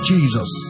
Jesus